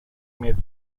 media